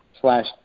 slash